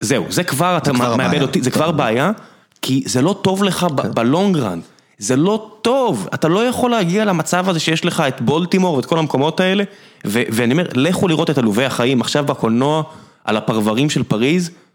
זהו, זה כבר אתה מאבד אותי, זה כבר בעיה, כי זה לא טוב לך בלונגרנד, זה לא טוב, אתה לא יכול להגיע למצב הזה שיש לך את בולטימור ואת כל המקומות האלה, ואני אומר, לכו לראות את עלובי החיים עכשיו בקולנוע על הפרברים של פריז.